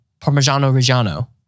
Parmigiano-Reggiano